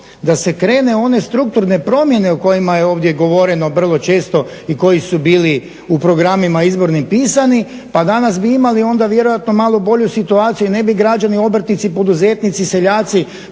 da se krene u one strukturne promjene o kojima je ovdje govoreno vrlo često i koji su bili u programima izbornim pisani, pa danas bi imali onda vjerojatno malo bolju situaciju i ne bi građani, obrtnici, poduzetnici, seljaci